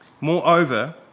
Moreover